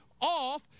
off